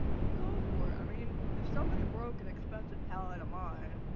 go for it, i mean, if somebody broke an expensive palette of mine,